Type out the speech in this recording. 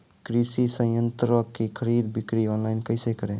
कृषि संयंत्रों की खरीद बिक्री ऑनलाइन कैसे करे?